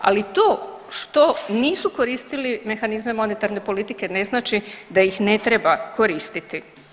Ali to što nisu koristili mehanizme monetarne politike ne znači da ih ne treba koristiti.